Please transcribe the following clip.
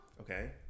okay